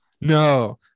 No